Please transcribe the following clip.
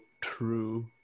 true